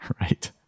Right